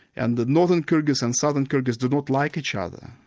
and the northern kyrgyz and southern kyrgyz did not like each other.